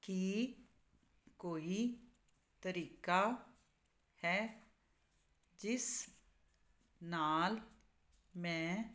ਕੀ ਕੋਈ ਤਰੀਕਾ ਹੈ ਜਿਸ ਨਾਲ ਮੈਂ